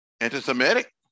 anti-Semitic